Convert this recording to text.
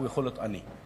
הוא יכול להיות עני.